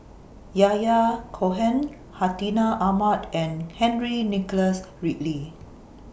Yahya Cohen Hartinah Ahmad and Henry Nicholas Ridley